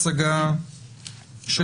בבקשה, הצגה שלכם.